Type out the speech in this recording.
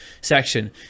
section